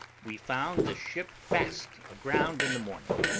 we found the ship fast aground in the morning,